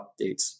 updates